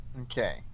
Okay